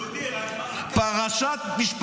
דודי , רק מה זה קשור?